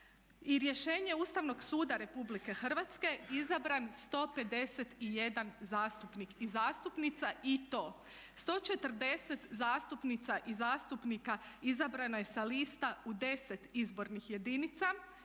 Rješenjem Ustavnog suda Republike Hrvatske izabran 151 zastupnik i zastupnica. I to, 140 zastupnica i zastupnika izabrano je sa lista u 10 izbornih jedinica,